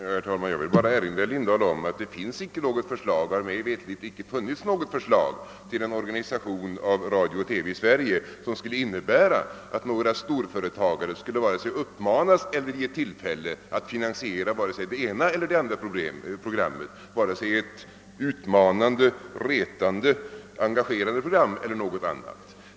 Herr talman! Jag vill bara erinra herr Lindahl om att det icke finns något förslag — och mig veterligt icke heller har funnits något förslag — till en organisation av radio och television i Sverige som skulle innebära att några storföretagare skulle vare sig uppmanas eller få tillfälle att finansiera det ena eller det andra programmet, vare sig det vore ett utmanande eller retande eller engagerande program eller någonting annat.